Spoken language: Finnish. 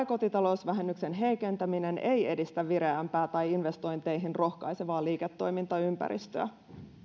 kotitalousvähennyksen heikentäminen ei edistä vireämpää tai investointeihin rohkaisevaa liiketoimintaympäristöä